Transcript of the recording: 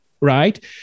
Right